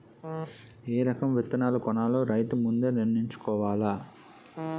ఏ రకం విత్తనాలు కొనాలో రైతు ముందే నిర్ణయించుకోవాల